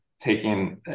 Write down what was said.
taking